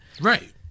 right